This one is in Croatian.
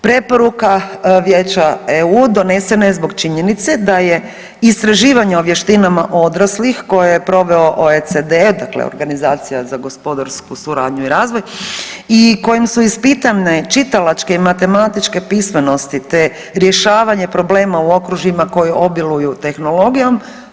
Preporuka Vijeća EU donesena je zbog činjenice da je istraživanje o vještinama odraslih koje je proveo OECD, dakle Organizacija za gospodarsku suradnju i razvoj i kojim su ispitane čitalačke i matematičke pismenosti, te rješavanje problema u okružjima koji obiluju tehnologijom.